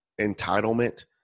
entitlement